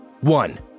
One